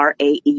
RAE